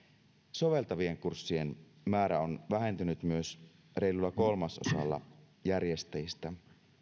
soveltavien kurssien määrä on vähentynyt myös reilulla kolmasosalla järjestäjistä